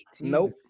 Nope